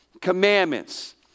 commandments